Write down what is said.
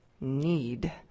need